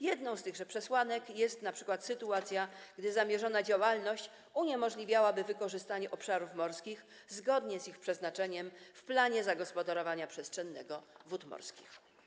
Jedną z tychże przesłanek jest np. sytuacja, gdy zamierzona działalność uniemożliwiałaby wykorzystanie obszarów morskich zgodnie z ich przeznaczeniem w planie zagospodarowania przestrzennego wód morskich.